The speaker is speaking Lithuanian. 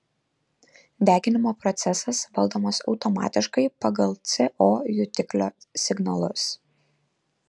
deginimo procesas valdomas automatiškai pagal co jutiklio signalus